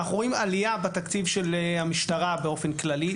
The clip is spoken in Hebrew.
אנחנו רואים עלייה בתקציב של המשטרה באופן כללי,